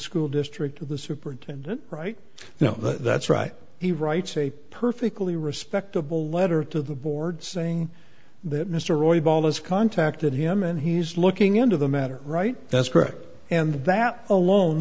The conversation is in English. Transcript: school district or the superintendent right you know that's right he writes a perfectly respectable letter to the board saying that mr roy ball has contacted him and he's looking into the matter right that's correct and that alone